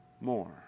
more